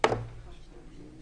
יש לכם נציג?